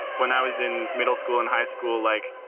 when i was in middle school and high school, like,